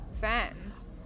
fans